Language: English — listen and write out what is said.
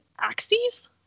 axes